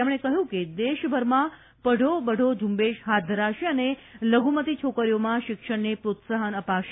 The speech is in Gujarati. તેમણે કહ્યું કે દેશભરમાં પઢો બઢો ઝુંબેશ હાથ ધરાશે અને લઘુમતિ છોકરીઓમાં શિક્ષણને પ્રોત્સાહન અપાશે